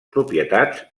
propietats